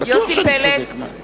יוסי פלד, בעד